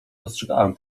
dostrzegałam